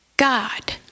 God